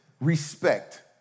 respect